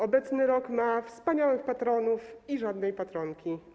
Obecny rok ma wspaniałych patronów i żadnej patronki.